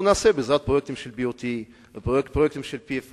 אנחנו נעשה בעזרת פרויקטים של BOT או פרויקטים של PFI